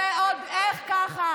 אבל הצעת החוק שלך לא ככה.